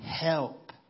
help